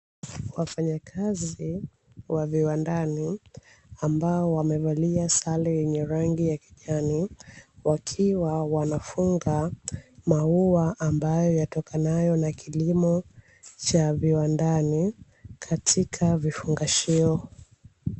Wafanyakazi wa viwandani, ambao wamevalia sare yenye rangi ya kijani, wakiwa wanafunga maua ambayo yatokanayo na kilimo cha viwandani katika vifungashio.